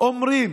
אומרים